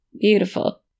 Beautiful